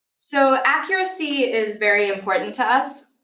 so accuracy is very important to us.